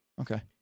Okay